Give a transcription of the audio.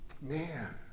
Man